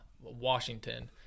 Washington